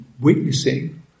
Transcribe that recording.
witnessing